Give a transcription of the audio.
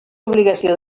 obligació